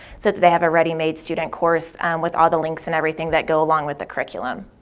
so that they have a readymade student course with all the links and everything that go along with the curriculum.